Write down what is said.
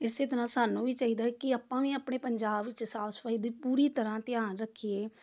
ਇਸੇ ਤਰ੍ਹਾਂ ਸਾਨੂੰ ਵੀ ਚਾਹੀਦਾ ਕਿ ਆਪਾਂ ਵੀ ਆਪਣੇ ਪੰਜਾਬ ਵਿੱਚ ਸਾਫ਼ ਸਫ਼ਾਈ ਦੀ ਪੂਰੀ ਤਰ੍ਹਾਂ ਧਿਆਨ ਰੱਖੀਏ